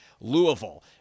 Louisville